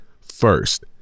first